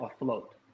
afloat